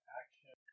action